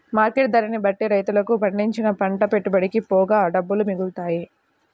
market ధరని బట్టే రైతులకు పండించిన పంట పెట్టుబడికి పోగా డబ్బులు మిగులుతాయి